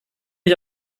ich